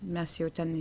mes jau ten